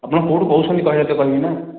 ଆପଣ କେଉଁଠୁ କହୁଛନ୍ତି କହିଲେ ତ କହିବିନା